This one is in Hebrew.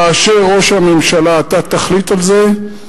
כאשר, ראש הממשלה, אתה תחליט על זה,